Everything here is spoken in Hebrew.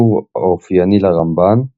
אזכור האופייני לרמב"ן,